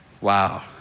Wow